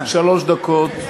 שלוש דקות.